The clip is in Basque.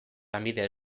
lanbide